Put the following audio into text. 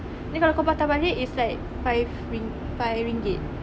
then kalau kau patah balik it's like five ring~ five ringgit